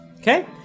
okay